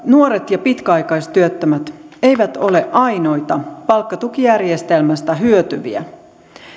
nuoret ja pitkäaikaistyöttömät eivät ole ainoita palkkatukijärjestelmästä hyötyviä